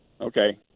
Okay